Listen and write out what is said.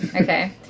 Okay